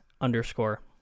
underscore